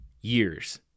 years